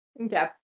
Okay